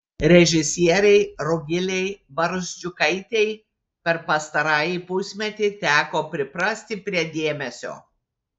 režisierei rugilei barzdžiukaitei per pastarąjį pusmetį teko priprasti prie dėmesio